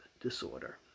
disorder